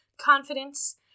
confidence